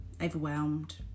overwhelmed